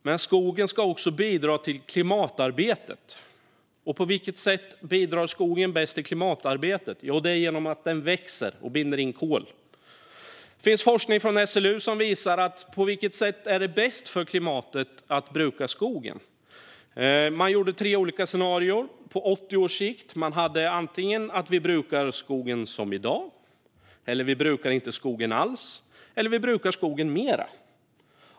Men skogen ska också bidra till klimatarbetet. På vilket sätt bidrar skogen bäst till klimatarbetet? Jo, det är genom att den växer och binder in kol. Det finns forskning från SLU som visar på vilket sätt det är bäst för klimatet att bruka skogen. Man gjorde tre olika scenarier på 80 års sikt: att skogen brukas som i dag, att den inte brukas alls eller att den brukas mer.